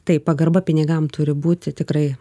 taip pagarba pinigam turi būti tikrai